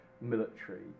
military